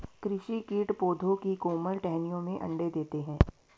कृषि कीट पौधों की कोमल टहनियों में अंडे देते है